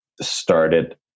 started